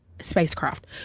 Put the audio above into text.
spacecraft